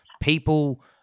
People